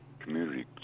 Community